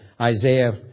Isaiah